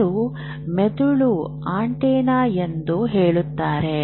ಜನರು ಮೆದುಳು ಆಂಟೆನಾ ಎಂದು ಹೇಳುತ್ತಾರೆ